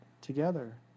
together